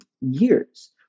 years